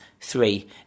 three